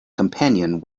companion